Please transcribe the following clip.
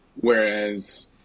Whereas